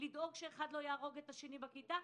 לדאוג שאחד לא יהרוג את השני בכיתה,